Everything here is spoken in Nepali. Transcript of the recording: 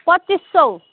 पच्चिस सौ